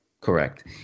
correct